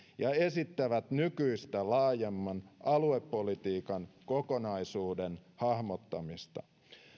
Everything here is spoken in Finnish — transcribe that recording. ja esittävät nykyistä laajemman aluepolitiikan kokonaisuuden hahmottamista